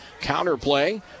Counterplay